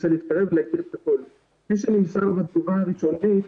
כפי שנמסר בתגובה הראשונית